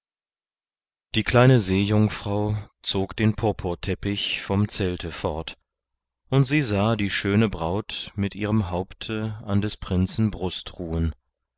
die kleine seejungfrau zog den purpurteppich vom zelte fort und sie sah die schöne braut mit ihrem haupte an des prinzen brust ruhen